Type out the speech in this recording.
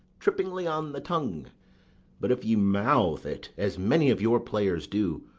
trippingly on the tongue but if you mouth it, as many of your players do,